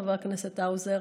חבר הכנסת האוזר,